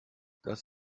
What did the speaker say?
das